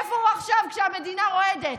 איפה הוא עכשיו כשהמדינה רועדת?